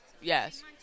Yes